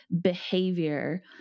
behavior